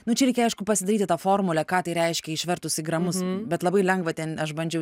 nu čia reikia aišku pasidaryti tą formulę ką tai reiškia išvertus į gramus bet labai lengva ten aš bandžiau